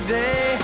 day